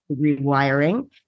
rewiring